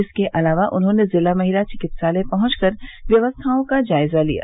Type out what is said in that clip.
इसके अलावा उन्होंने जिला महिला चिकित्सालय पहुंच कर व्यवस्थाओं का जायजा लिया